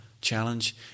challenge